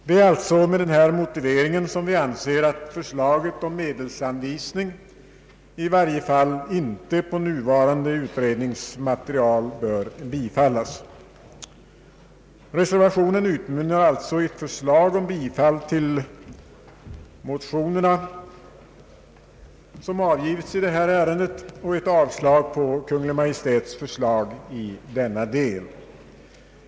Det är med denna motivering vi anser att förslaget om medelsanvisning i varje fall inte på nuvarande utredningsmaterial bör bifallas. Reservationen utmynnar i ett yrkande om bifall till de motioner som har avgivits i detta ärende, således avslag på Kungl. Maj:ts förslag i denna del.